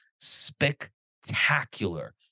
spectacular